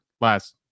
last